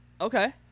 Okay